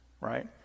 right